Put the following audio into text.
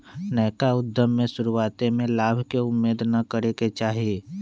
नयका उद्यम में शुरुआते में लाभ के उम्मेद न करेके चाही